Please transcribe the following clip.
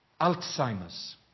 Alzheimer's